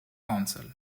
council